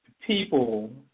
people